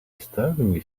disturbingly